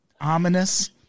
ominous